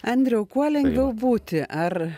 andriau kuo lengviau būti ar